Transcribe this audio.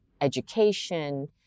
education